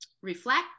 reflect